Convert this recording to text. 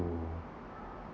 ~oo